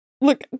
look